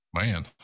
man